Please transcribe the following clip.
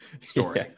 story